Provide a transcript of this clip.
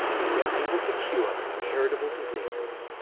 if we're able to cure inheritable diseases,